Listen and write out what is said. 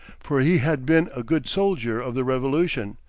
for he had been a good soldier of the revolution,